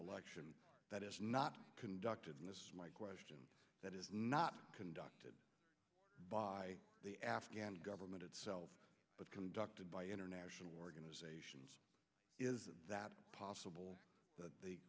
election that is not conducted in the question that is not conducted by the afghan government itself but conducted by international organizations is that possible that